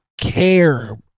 care